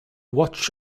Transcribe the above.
watch